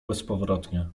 bezpowrotnie